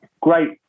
great